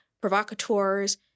provocateurs